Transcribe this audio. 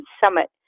summit